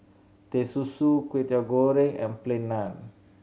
Teh Susu Kwetiau Goreng and Plain Naan